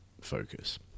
focus